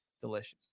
delicious